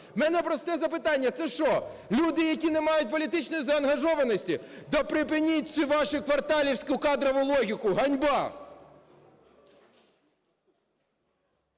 У мене просте запитання: це що, люди, які не мають політичної заангажованості? Та припиніть цю вашу кварталівську кадрову логіку! Ганьба!